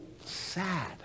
sad